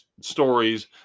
stories